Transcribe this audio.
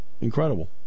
Incredible